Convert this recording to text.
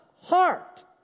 heart